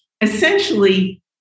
essentially